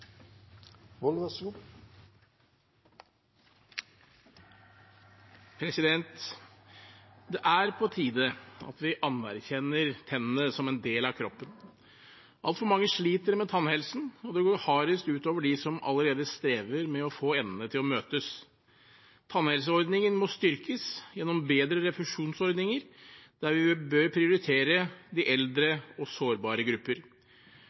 på tide at vi anerkjenner tennene som en del av kroppen. Altfor mange sliter med tannhelsen, og det går hardest ut over de som allerede strever med å få endene til å møtes. Tannhelseordningen må styrkes gjennom bedre refusjonsordninger, der vi bør prioritere de eldre og sårbare grupper.